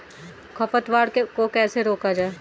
खरपतवार को कैसे रोका जाए?